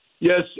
Yes